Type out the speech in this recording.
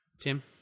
Tim